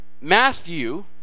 Matthew